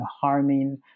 harming